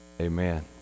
Amen